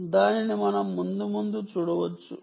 దానిని మనం ముందు ముందు చూడవచ్చు